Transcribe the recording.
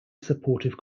supportive